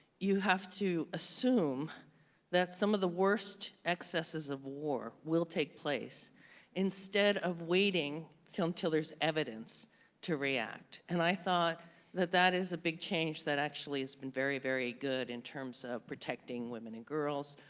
you have to assume that some of the worst excesses of war will take place instead of waiting so until there's evidence to react, and i thought that that is a big change that actually has been very, very good in terms of protecting women and girls,